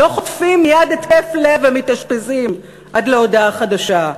לא חוטפים מייד התקף לב ומתאשפזים עד להודעה חדשה.